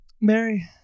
Mary